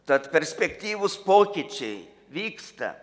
tad perspektyvūs pokyčiai vyksta